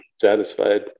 satisfied